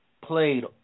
played